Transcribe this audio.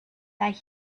that